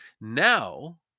now